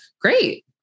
Great